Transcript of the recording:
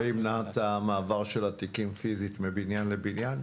זה ימנע את המעבר של התיקים פיזית מבניין לבניין?